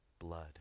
blood